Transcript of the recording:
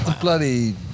bloody